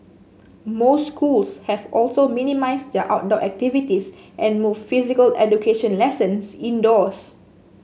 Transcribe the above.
most schools have also minimised their outdoor activities and moved physical education lessons indoors